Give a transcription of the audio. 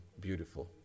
beautiful